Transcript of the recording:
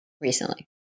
recently